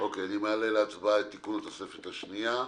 מעלה להצבעה את תיקון התוספת השנייה.